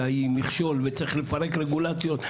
היא מכשול וצריך לפרק רגולציות.